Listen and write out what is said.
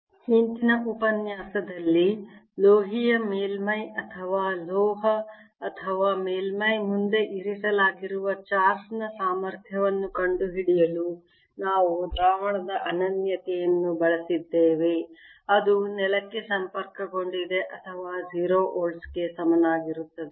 ಚಿತ್ರಗಳ ವಿಧಾನ II ನೆಲದ ಲೋಹೀಯ ಸಮತಲ ಮತ್ತು ನೆಲದ ಲೋಹದ ಗೋಳದ ಮುಂದೆ ಪಾಯಿಂಟ್ ಚಾರ್ಜ್ ಹಿಂದಿನ ಉಪನ್ಯಾಸದಲ್ಲಿ ಲೋಹೀಯ ಮೇಲ್ಮೈ ಅಥವಾ ಲೋಹ ಅಥವಾ ಮೇಲ್ಮೈ ಮುಂದೆ ಇರಿಸಲಾಗಿರುವ ಚಾರ್ಜ್ ನ ಸಾಮರ್ಥ್ಯವನ್ನು ಕಂಡುಹಿಡಿಯಲು ನಾವು ದ್ರಾವಣದ ಅನನ್ಯತೆಯನ್ನು ಬಳಸಿದ್ದೇವೆ ಅದು ನೆಲಕ್ಕೆ ಸಂಪರ್ಕಗೊಂಡಿದೆ ಅಥವಾ 0 V ಗೆ ಸಮನಾಗಿರುತ್ತದೆ